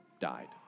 died